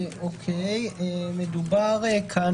מיד נקבל כמה מילים מנציגי הממשלה, אבל מדובר כאן